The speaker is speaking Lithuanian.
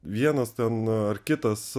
vienas ten ar kitas